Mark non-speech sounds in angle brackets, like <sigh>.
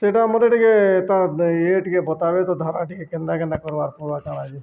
ସେଇଟା ମୋତେ ଟିକେ ତା ଇଏ ଟିକେ ବତାବେ ତ ଧାରା ଟିକେ କେନ୍ତା କେନ୍ତା କର୍ବାର୍ ପୁରା <unintelligible>